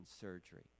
surgery